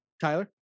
Tyler